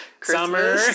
Summer